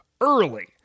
early